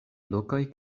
lokoj